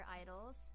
idols